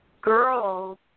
Girls